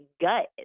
gut